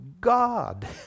God